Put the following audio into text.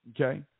okay